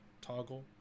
toggle